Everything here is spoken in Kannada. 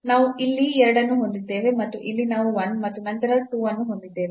ನಾವು ಇಲ್ಲಿ 2 ಅನ್ನು ಹೊಂದಿದ್ದೇವೆ ಮತ್ತು ಇಲ್ಲಿ ನಾವು 1 ಮತ್ತು ನಂತರ 2 ಅನ್ನು ಹೊಂದಿದ್ದೇವೆ